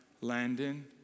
Landon